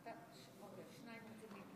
אדוני היושב-ראש,